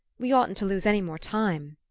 we oughtn't to lose any more time.